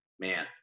man